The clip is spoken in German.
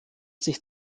sich